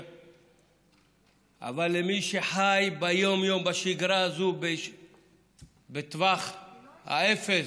אבל למי שחי ביום-יום בשגרה הזו בטווח האפס,